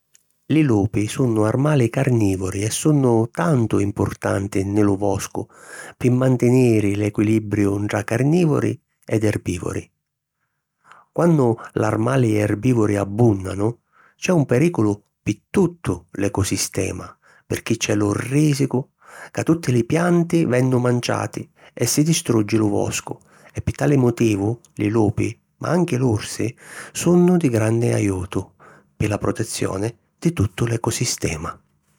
Li lupi sunnu armali carnìvori e sunnu tantu importanti nni lu voscu pi mantinìri l'equilibriu ntra carnìvori ed erbìvori. Quannu l'armali erbìvori abbùnnanu, c’è un perìculu pi tuttu l’ecosistema pirchì c’è lu rìsicu ca tutti li pianti vennu manciati e si distruggi lu voscu e pi tali motivu li lupi, ma anchi l'ursi, sunnu di granni ajutu pi la protezioni di tuttu l’ecosistema.